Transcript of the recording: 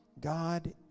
God